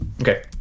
Okay